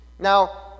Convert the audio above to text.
Now